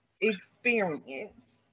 experienced